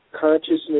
consciousness